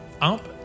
up